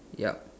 yup